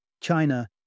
China